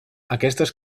aquestes